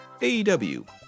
AEW